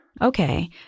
Okay